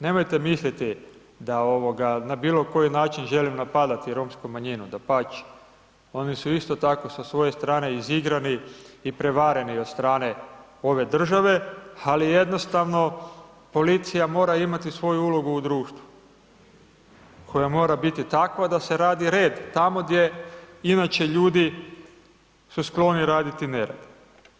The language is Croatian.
Nemojte misliti da na bilokoji način želim napadati romsku manjinu, dapače, oni su isto tako sa svoje strane izigrani i prevari od strane ove države ali jednostavno policija mora imati svoju ulogu u društvu koja mora biti takva da se radi red tamo gdje inače ljudi su skloni raditi nered.